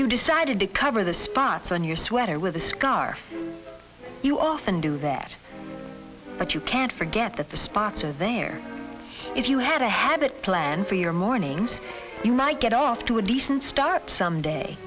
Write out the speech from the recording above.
you decided to cover the spots on your sweater with a scarf you often do that but you can't forget that the spots are there if you had a habit plan for your morning you might get off to a decent start some day